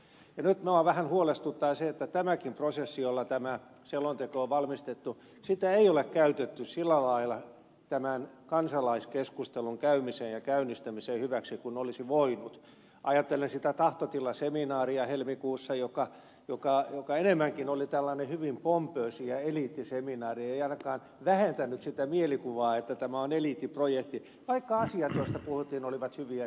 nyt minua vähän huolestuttaa se että tätäkään prosessia jolla tämä selonteko on valmistettu ei ole käytetty sillä lailla tämän kansalaiskeskustelun käymisen ja käynnistämisen hyväksi kuin olisi voinut ajatellen sitä tahtotilaseminaaria helmikuussa joka enemmänkin oli tällainen hyvin pompöösi ja eliittiseminaari ei ainakaan vähentänyt sitä mielikuvaa että tämä on eliittiprojekti vaikka asiat joista puhuttiin olivat hyviä ja oikeita